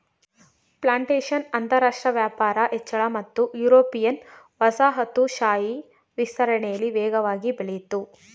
plantation ಅಂತರಾಷ್ಟ್ರ ವ್ಯಾಪಾರ ಹೆಚ್ಚಳ ಮತ್ತು ಯುರೋಪಿಯನ್ ವಸಾಹತುಶಾಹಿ ವಿಸ್ತರಣೆಲಿ ವೇಗವಾಗಿ ಬೆಳಿತು